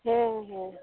ᱦᱮᱸ ᱦᱮᱸ